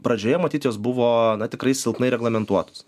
pradžioje matyt jos buvo na tikrai silpnai reglamentuotos